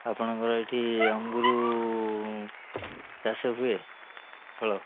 ଆପଣଙ୍କର ଏଇଠି ଅଙ୍ଗୁର ଚାଷ ହୁଏ ଫଳ